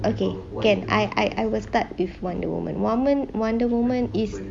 okay can I I I will start with wonder woman woman wonder woman is